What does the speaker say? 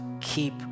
keep